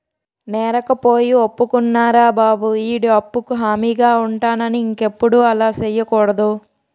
నేరకపోయి ఒప్పుకున్నారా బాబు ఈడి అప్పుకు హామీగా ఉంటానని ఇంకెప్పుడు అలా సెయ్యకూడదు